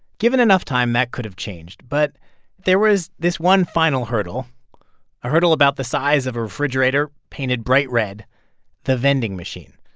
given enough time, that could have changed, but there was this one final hurdle, a hurdle about the size of a refrigerator painted bright red the vending machine.